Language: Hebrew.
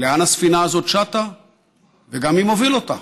לאן הספינה הזאת שטה וגם מי מוביל אותה,